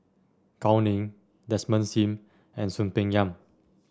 Gao Ning Desmond Sim and Soon Peng Yam